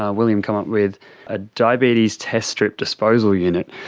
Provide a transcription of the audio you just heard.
ah william, come up with a diabetes test strip disposal unit.